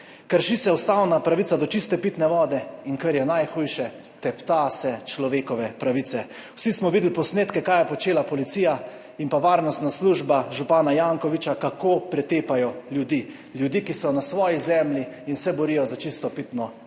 Krši se ustavna pravica do čiste pitne vode in, kar je najhujše, tepta se človekove pravice. Vsi smo videli posnetke, kaj je počela policija in pa varnostna služba župana Jankovića, kako pretepajo ljudi, ljudi, ki so na svoji zemlji in se borijo za čisto pitno vodo.